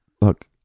look